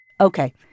Okay